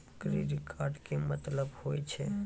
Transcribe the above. Credit card के मतलब होय छै?